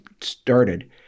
started